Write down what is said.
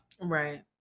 right